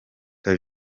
jean